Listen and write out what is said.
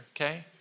okay